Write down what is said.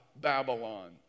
Babylon